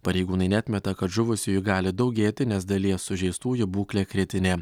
pareigūnai neatmeta kad žuvusiųjų gali daugėti nes dalies sužeistųjų būklė kritinė